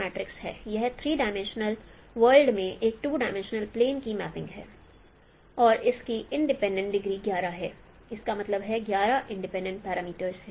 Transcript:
यह three dimensional world से एक 2 डायमेंशनल प्लेन की मैपिंग है और इसकी इंडिपेंडेंट डिग्री 11 है इसका मतलब है 11 इंडिपेंडेंट पैरामीटर हैं